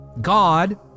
God